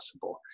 possible